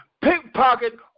pickpocket